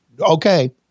Okay